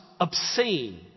obscene